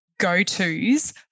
go-tos